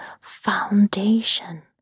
foundation